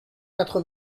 quatre